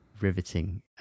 riveting